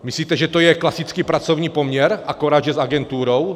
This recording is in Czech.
Myslíte, že to je klasický pracovní poměr, akorát že s agenturou?